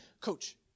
coach